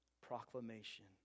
proclamation